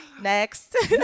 Next